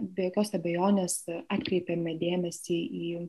be jokios abejonės atkreipėme dėmesį į